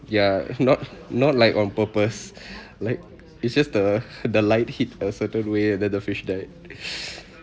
ya not not like on purpose like it's just the the light hit a certain way and then the fish died